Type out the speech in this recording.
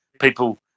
people